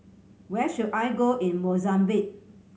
where should I go in Mozambique